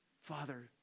father